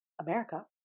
America